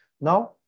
Now